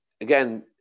again